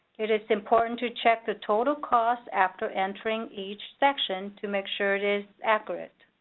it is important to check the total cost after entering each section to make sure it is accurate.